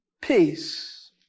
peace